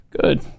Good